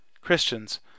Christians